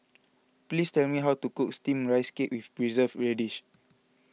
please tell me how to cook Steamed Rice Cake with Preserved Radish